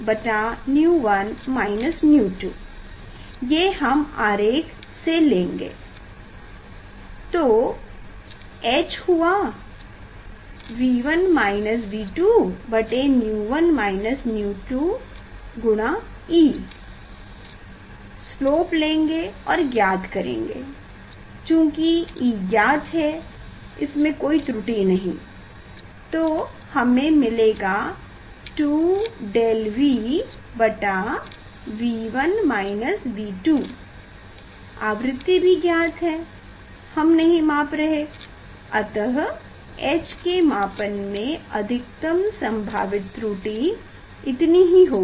𝛎1 𝛎2 ये हम आरेख से लेंगे तो h हुआ 𝛎1 𝛎2e स्लोप लेंगे और ज्ञात करेंगे चूंकि e ज्ञात है अतः इसमें कोई त्रुटि नहीं तो हमे मिलेगा 2ΔV आवृति भी ज्ञात है हम नहीं माप रहे अतः h के मापन में अधिकतम संभावित त्रुटि इतनी ही होगी